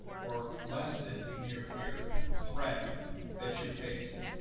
or less than near-peer threat that you're facing.